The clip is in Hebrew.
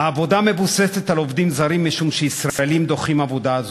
העבודה מבוססת על עובדים זרים משום שישראלים דוחים עבודה זו.